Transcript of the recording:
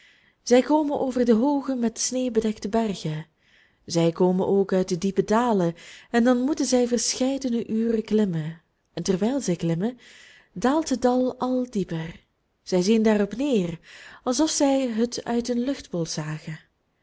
zij komen over de hooge met sneeuw bedekte bergen zij komen ook uit de diepe dalen en dan moeten zij verscheidene uren klimmen en terwijl zij klimmen daalt het dal al dieper zij zien daarop neer alsof zij het uit een luchtbol zagen